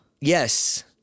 Yes